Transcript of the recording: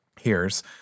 hears